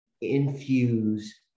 infuse